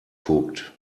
cocked